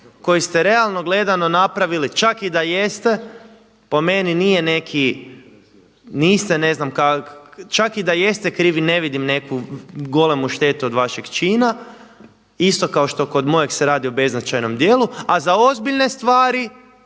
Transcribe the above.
koji ste realno gledano napravili čak i da jeste, po meni nije neki niste ne znam kak, čak i da jeste krivi ne vidim neku golemu štetu od vašeg čina, isto kao što kod mojeg se radi o beznačajnom djelu, a za ozbiljne stvari